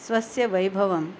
स्वस्य वैभवम्